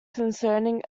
concerning